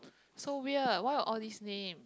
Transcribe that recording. so weird why are all these name